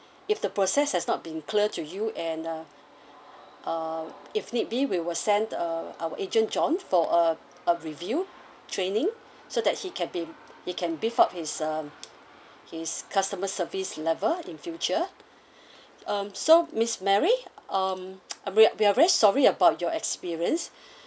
if the process has not been clear to you and uh uh if need be we will send uh our agent john for a a review training so that he can be he can beef up his um his customer service level in future um so miss mary um we are we are very sorry about your experience